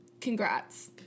congrats